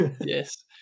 yes